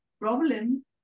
problem